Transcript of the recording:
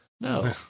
No